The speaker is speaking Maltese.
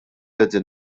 qegħdin